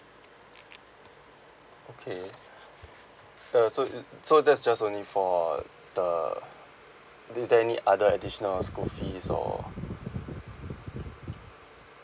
okay uh so it uh so that's just only for the then is there any other additional school fees or